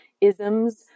isms